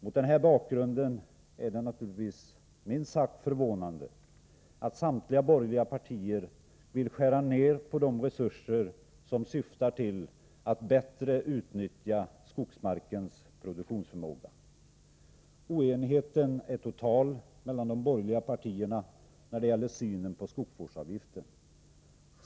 Mot den här bakgrunden är det minst sagt förvånande att samtliga borgerliga partier vill skära ned de resurser som syftar till att bättre utnyttja skogsmarkens produktionsförmåga. Oenigheten är total mellan de borgerliga partierna när det gäller synen på skogsvårdsavgiften.